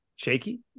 Shaky